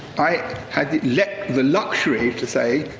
i had the let the luxury, to say,